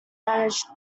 managed